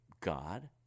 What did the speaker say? God